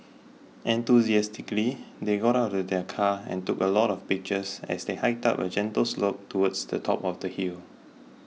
enthusiastically they got out of the car and took a lot of pictures as they hiked up a gentle slope towards the top of the hill